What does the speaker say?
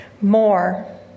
More